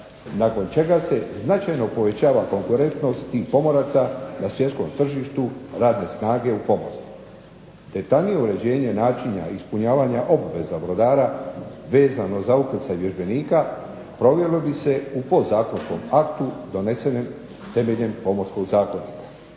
nakon čega se značajno povećava konkurentnost tih pomoraca na svjetskom tržištu radne snage u pomorstvu, detaljnije uređenje načina ispunjavanja obveza brodara vezano za ukrcaj vježbenika provelo bi se u podzakonskom aktu donesenom temeljem Pomorskog zakonika.